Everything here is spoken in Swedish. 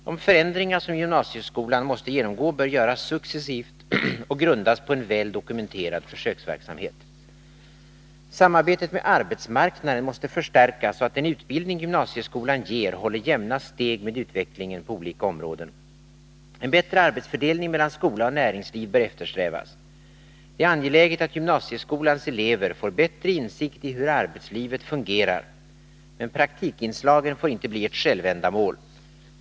De förändringar som gymnasieskolan måste genomgå bör göras successivt och grundas på en väl dokumenterad försöksverksamhet. Samarbetet med arbetsmarknaden måste förstärkas så att den utbildning gymnasieskolan ger håller jämna steg med utvecklingen på olika områden. En bättre arbetsfördelning mellan skola och näringsliv bör eftersträvas. Det är angeläget att gymnasieskolans elever får bättre insikt i hur arbetslivet fungerar, men praktikinslagen får inte bli ett självändamål.